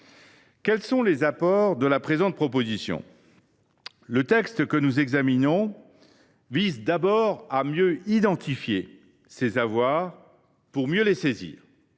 Quels sont les apports de la présente proposition de loi ? Le texte que nous examinons vise à mieux identifier ces avoirs pour mieux les saisir.